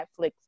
Netflix